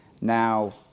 now